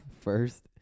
first